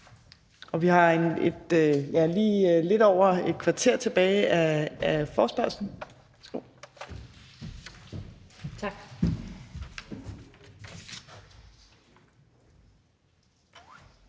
Og vi har lige lidt over et kvarter tilbage af forespørgslen.